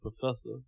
professor